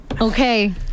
Okay